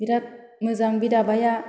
बिराथ मोजां बि दाबाया